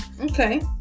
Okay